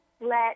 let